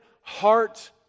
heart